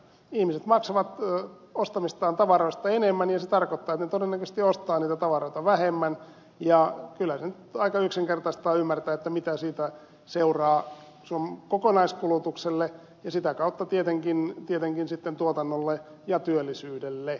ihmiset maksavat ostamistaan tavaroista enemmän ja se tarkoittaa että he todennäköisesti ostavat niitä tavaroita vähemmän ja kyllä se nyt aika yksinkertaista on ymmärtää mitä siitä seuraa kokonaiskulutukselle ja sitä kautta tietenkin sitten tuotannolle ja työllisyydelle